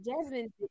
Jasmine